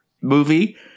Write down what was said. movie